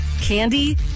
candy